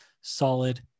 solid